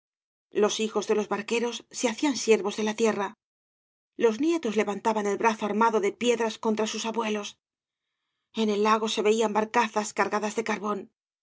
los hijos de los barqueros se hacían siervos de ta tierra los nietos levantaban el brazo armado de piedras contra sus abuelos en el lago se veían barcazas cargadas de carbón